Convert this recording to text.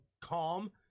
calm